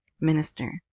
minister